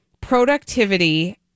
productivity